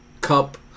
Cup